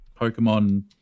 Pokemon